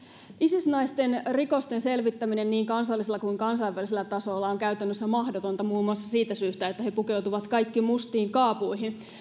isis naisten rikosten selvittäminen niin kansallisella kuin kansainvälisellä tasolla on käytännössä mahdotonta muun muassa siitä syystä että he pukeutuvat kaikki mustiin kaapuihin